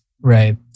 Right